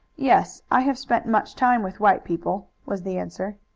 yes i have spent much time with white people, was the answer.